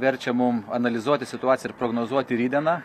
verčia mum analizuoti situaciją ir prognozuoti rytdieną